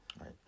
right